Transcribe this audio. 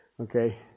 Okay